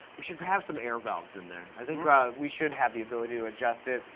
we should have some air valves in there. i think we should have the ability to adjust it,